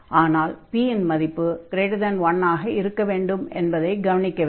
ஆனால் p இன் மதிப்பு 1 ஆக இருக்க வேண்டும் என்பதைக் கவனிக்க வேண்டும்